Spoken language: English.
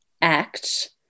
Act